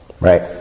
right